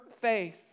faith